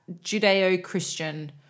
Judeo-Christian